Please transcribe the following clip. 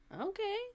Okay